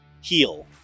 heal